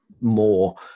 more